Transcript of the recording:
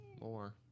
more